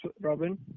Robin